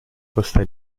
costa